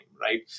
right